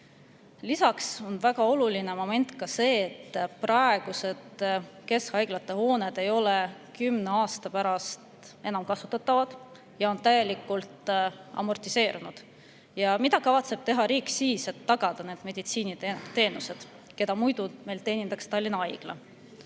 Lisaks on väga oluline moment ka see, et praegused keskhaiglate hooned ei ole kümne aasta pärast enam kasutatavad ja on täielikult amortiseerunud. Mida kavatseb riik siis teha, et tagada meditsiiniteenused [neile], keda muidu teenindaks Tallinna Haigla?